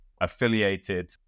affiliated